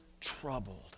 troubled